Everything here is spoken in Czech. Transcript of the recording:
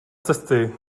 cesty